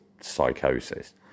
psychosis